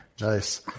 Nice